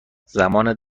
زمان